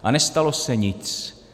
A nestalo se nic.